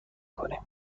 کنیم